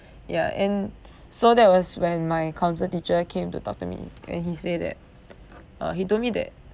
ya and so that was when my council teacher came to talk to me and he said that uh he told me that